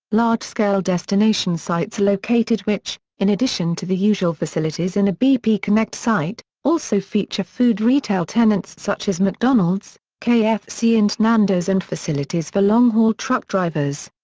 large-scale destination sites located which, in addition to the usual facilities in a bp connect site, also feature food-retail tenants such as mcdonald's, kfc and nando's and facilities for long-haul truck drivers.